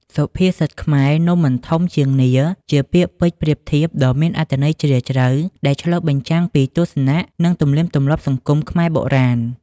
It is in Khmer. សុភាសិតខ្មែរ នំមិនធំជាងនាឡិ ជាពាក្យពេចន៍ប្រៀបធៀបដ៏មានអត្ថន័យជ្រាលជ្រៅ ដែលឆ្លុះបញ្ចាំងពីទស្សនៈ និងទំនៀមទម្លាប់សង្គមខ្មែរបុរាណ ។